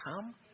come